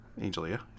Angelia